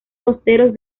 costeros